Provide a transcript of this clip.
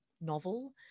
novel